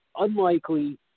unlikely